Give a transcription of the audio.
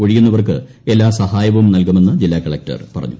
ഒഴിയുന്നവർക്ക് എല്ലാ സഹായവും നൽകുമെന്ന് ജില്ലാ കളക്ടർ പറഞ്ഞു